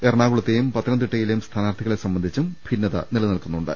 എറണാ കുളത്തെയും പത്തനംതിട്ടയിലെയും സ്ഥാനാർഥികളെ സംബ ന്ധിച്ചും ഭിന്നത നിലനിൽക്കുന്നുണ്ട്